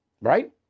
Right